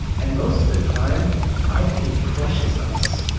and most of the time i think it crushes us.